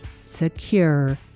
secure